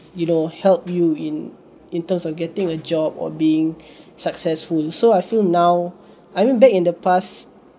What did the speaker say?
you know help you in in terms of getting a job or being successful so I feel now I went back in the past